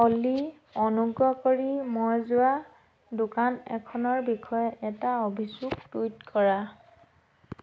অ'লি অনুগ্ৰহ কৰি মই যোৱা দোকান এখনৰ বিষয়ে এটা অভিযোগ টুইট কৰা